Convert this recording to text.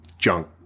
junk